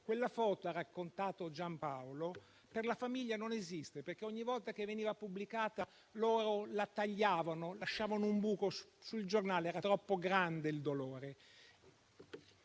Quella foto - ha raccontato Giampaolo - per la famiglia non esiste, perché, ogni volta che veniva pubblicata, loro la tagliavano e lasciavano un buco sul giornale. Era troppo grande il dolore,